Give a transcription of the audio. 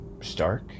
stark